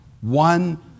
one